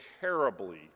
terribly